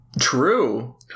True